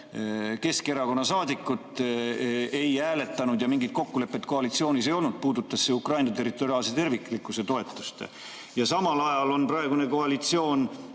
Keskerakonna saadikut ei hääletanud ja mingit kokkulepet koalitsioonis ei olnud, see puudutas Ukraina territoriaalse terviklikkuse toetust. Samal ajal on praegune koalitsioon